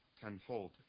tenfold